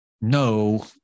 no